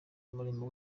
umurimo